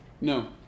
No